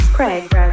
Craig